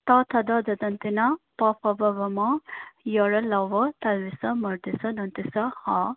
त थ द ध न प फ ब भ म य र ल व श ष स ह